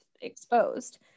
exposed